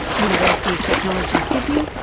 university of technology sydney,